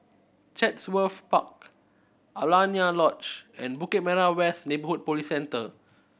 Chatsworth Park Alaunia Lodge and Bukit Merah West Neighbourhood Police Centre